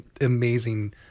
amazing